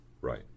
Right